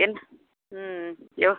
என் ம் எப்